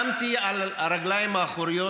קמתי על הרגליים האחוריות,